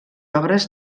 obres